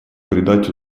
придать